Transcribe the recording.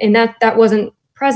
in that that wasn't pr